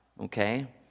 okay